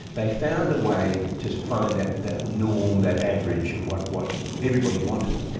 they found a way to find that that norm, that average, and what what everybody wanted,